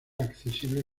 accesible